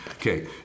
Okay